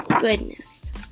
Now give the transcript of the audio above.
goodness